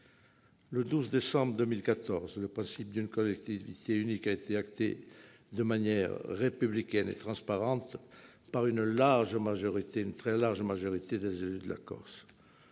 Le 12 décembre 2014, le principe d'une collectivité unique a été acté de manière républicaine et transparente par une très large majorité des élus de la Corse.